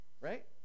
right